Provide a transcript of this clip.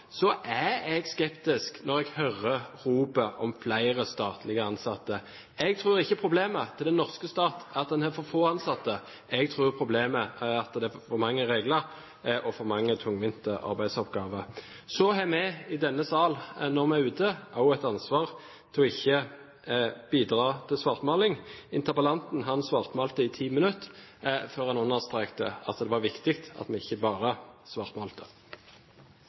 jeg er skeptisk når jeg hører rop om flere statlig ansatte. Jeg tror ikke problemet til den norske stat er at den har for få ansatte. Jeg tror at problemet er at det er for mange regler og for mange tungvinte arbeidsoppgaver. Så har vi i denne sal, når vi er ute, også et ansvar for ikke å bidra til svartmaling. Interpellanten svartmalte i ti minutter før han understreket at det er viktig at vi ikke bare